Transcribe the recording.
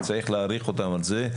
וצריך להעריך אותם על זה,